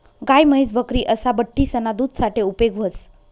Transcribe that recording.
गाय, म्हैस, बकरी असा बठ्ठीसना दूध साठे उपेग व्हस